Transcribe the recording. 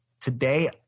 today